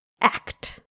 act